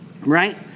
Right